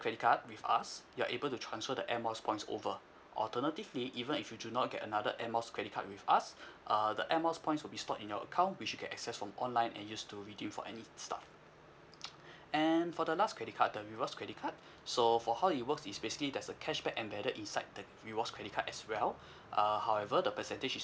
credit card with us you're able to transfer the air miles points over alternatively even if you do not get another air miles credit card with us uh the air miles points will be stored in your account which you can access from online and use to redeem for any stuff and for the last credit card the rewards credit card so for how it works is basically there's a cashback embedded inside the rewards credit card as well err however the percentage is